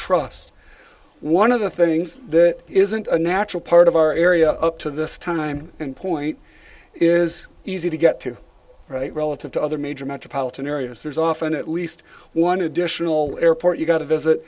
trust one of the things that isn't a natural part of our area up to this time and point is easy to get to right relative to other major metropolitan areas there's often at least one additional airport you got to visit